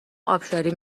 ابشاری